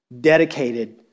dedicated